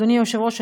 אדוני היושב-ראש,